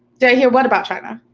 did i hear what about china?